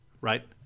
right